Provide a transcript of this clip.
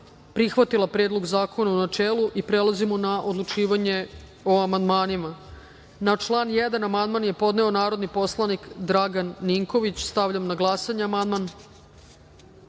usvojila Predlog zakona u načelu. Prelazimo na odlučivanje o amandmanima. Na član 1. amandman je podneo narodni poslanik Dragan Ninković. Stavljam na glasanje. Zaključujem